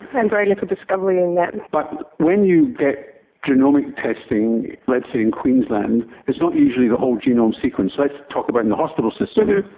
and very little discovery in that. but when you get genomic testing, let's say in queensland, it's not usually the whole genome sequence. let's talk about in the hospital system,